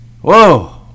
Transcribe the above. Whoa